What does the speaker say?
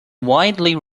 widely